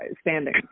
standing